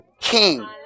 king